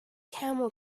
camel